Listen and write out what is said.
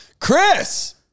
Chris